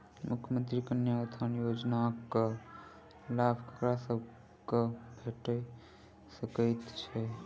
मुख्यमंत्री कन्या उत्थान योजना कऽ लाभ ककरा सभक भेट सकय छई?